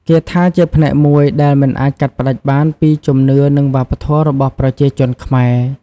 គាថាជាផ្នែកមួយដែលមិនអាចកាត់ផ្តាច់បានពីជំនឿនិងវប្បធម៌របស់ប្រជាជនខ្មែរ។